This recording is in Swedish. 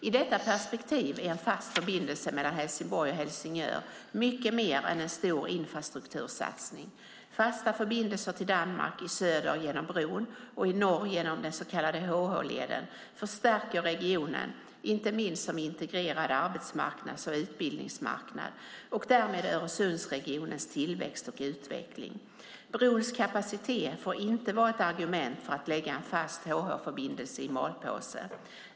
I detta perspektiv är en fast förbindelse mellan Helsingborg och Helsingör mycket mer än en stor infrastruktursatsning. Fasta förbindelser till Danmark i söder genom bron och i norr genom den så kallade HH-leden förstärker regionen, inte minst som integrerad arbets och utbildningsmarknad, och därmed Öresundsregionens tillväxt och utveckling. Brons kapacitet får inte vara ett argument för att lägga en fast HH-förbindelse i malpåse.